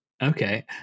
Okay